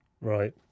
Right